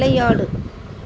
விளையாடு